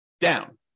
down